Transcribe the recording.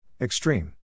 Extreme